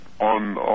On